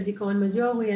על דיכאון מז'ורי,